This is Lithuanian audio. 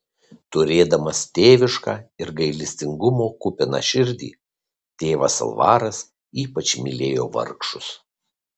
turėdamas tėvišką ir gailestingumo kupiną širdį tėvas alvaras ypač mylėjo vargšus